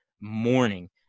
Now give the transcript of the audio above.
morning